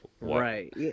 Right